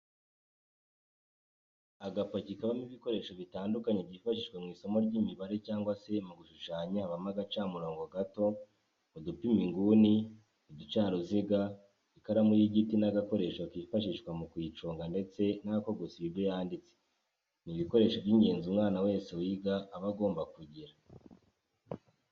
Agapaki kabamo ibikoresho bitandukanye byifashishwa mw'isomo ry'imibare cyangwa se mu gushushanya habamo agacamurongo gato, udupima inguni, uducaruziga, ikaramu y'igiti n'agakoresho kifashishwa mu kuyiconga ndetse n'ako gusiba ibyo yanditse, ni ibikoresho by'ingenzi umwana wese wiga aba agomba kugira.